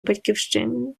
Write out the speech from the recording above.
батьківщиною